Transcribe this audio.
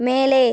மேலே